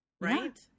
right